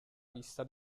vista